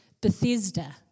Bethesda